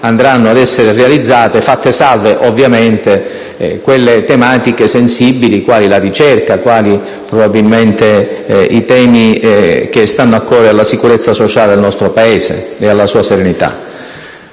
andranno ad essere realizzate, fatte salve ovviamente le tematiche sensibili quali la ricerca e i temi che condizionano la sicurezza sociale del nostro Paese e la sua serenità.